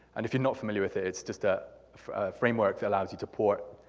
and if you're not familiar with it, it's just a framework that allows you to port